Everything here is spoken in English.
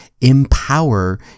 empower